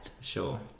Sure